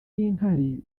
inkari